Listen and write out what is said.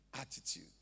attitude